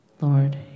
Lord